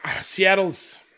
Seattle's